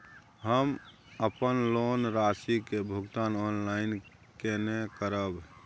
हम अपन लोन राशि के भुगतान ऑनलाइन केने करब?